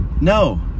no